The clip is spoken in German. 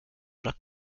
oder